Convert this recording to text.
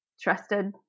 trusted